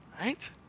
Right